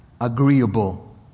agreeable